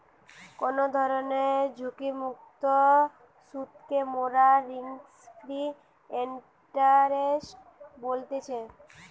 কোনো ধরণের ঝুঁকিমুক্ত সুধকে মোরা রিস্ক ফ্রি ইন্টারেস্ট বলতেছি